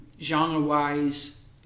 genre-wise